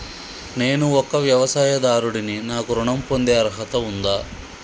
నేను ఒక వ్యవసాయదారుడిని నాకు ఋణం పొందే అర్హత ఉందా?